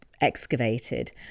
excavated